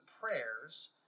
prayers